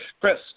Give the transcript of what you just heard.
chris